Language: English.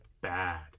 bad